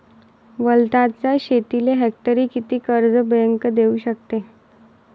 वलताच्या शेतीले हेक्टरी किती कर्ज बँक देऊ शकते?